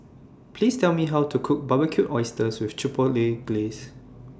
Please Tell Me How to Cook Barbecued Oysters with Chipotle Glaze